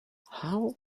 how